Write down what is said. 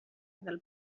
del